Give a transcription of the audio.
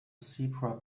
zebra